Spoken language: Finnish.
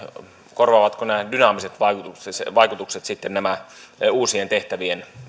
korvaavatko nämä dynaamiset vaikutukset sitten nämä uusien tehtävien